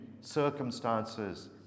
circumstances